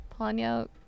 Ponyo